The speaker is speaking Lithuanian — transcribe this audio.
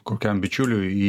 kokiam bičiuliui į